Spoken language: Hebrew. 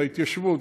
להתיישבות,